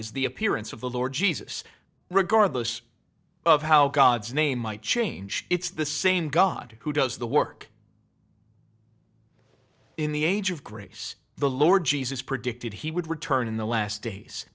is the appearance of the lord jesus regardless of how god's name might change it's the same god who does the work in the age of grace the lord jesus predicted he would return in the last days